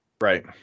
right